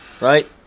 Right